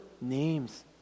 names